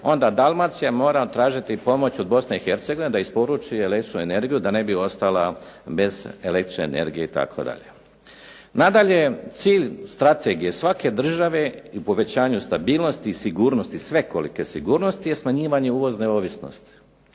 onda Dalmacija mora tražiti pomoć od Bosne i Hercegovine da isporuči električnu energiju da ne bi ostala bez električne energije itd. Nadalje, cilj strategije svake države i povećanju stabilnosti i sigurnosti, svekolike sigurnosti je smanjivanje uvozne ovisnosti